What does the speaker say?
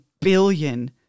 billion